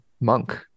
monk